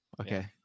Okay